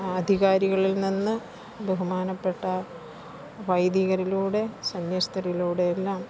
അധികാരികളിൽ നിന്ന് ബഹുമാനപ്പെട്ട വൈദികരിലൂടെ സന്യസ്തരിലൂടെയെല്ലാം